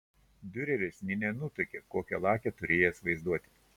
diureris nė nenutuokė kokią lakią turėjęs vaizduotę